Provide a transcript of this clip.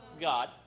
God